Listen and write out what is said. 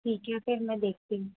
ٹھیک ہے پھر میں دیکھتی ہوں